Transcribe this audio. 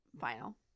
final